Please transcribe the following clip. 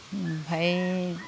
ओमफाय